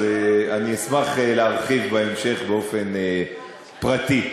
אז אני אשמח להרחיב בהמשך באופן פרטי.